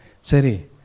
Seri